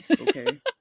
Okay